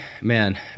man